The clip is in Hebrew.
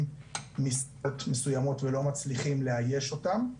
משרות מסויימות ולא מצליחים לאייש אותן.